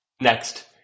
Next